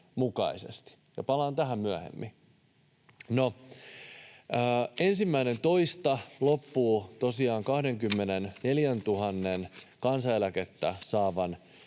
Palaan tähän myöhemmin. No, 1.2. loppuu tosiaan 24 000:n kansaneläkettä saavan